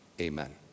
Amen